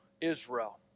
Israel